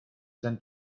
sent